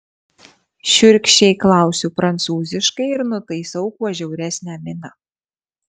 šiurkščiai klausiu prancūziškai ir nutaisau kuo žiauresnę miną